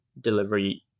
delivery